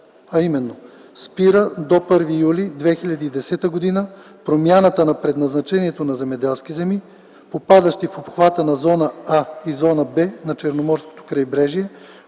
„Спира до 1 юли 2010 г. промяната на предназначението на земеделски земи, попадащи в обхвата на зона „А” и зона „Б” на Черноморското крайбрежие,